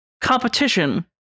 Competition